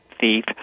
thief